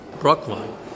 Brooklyn